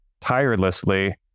tirelessly